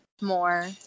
more